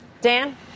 Dan